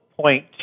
point